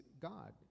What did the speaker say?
God